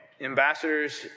Ambassadors